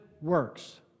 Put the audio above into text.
works